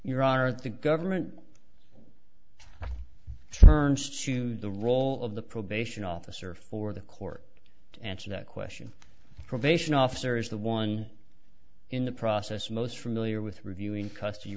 honor at the government turns to the role of the probation officer for the court answer that question probation officer is the one in the process most familiar with reviewing custody